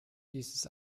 dieses